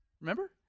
Remember